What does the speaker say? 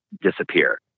disappear